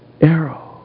arrow